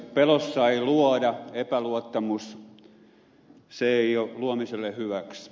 pelossa ei luoda epäluottamus ei ole luomiselle hyväksi